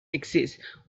exist